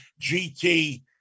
gt